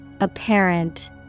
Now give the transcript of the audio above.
Apparent